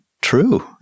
True